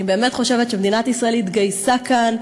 אני באמת חושבת שמדינת ישראל התגייסה כאן,